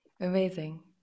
Amazing